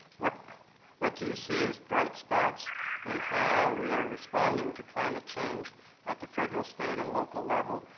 what what do you see as bright spots in how we are responding to climate change at the federal, state, and local level?